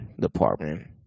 department